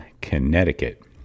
Connecticut